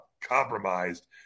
compromised